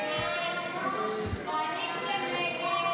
הסתייגות 30 לא נתקבלה.